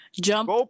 jump